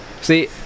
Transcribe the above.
See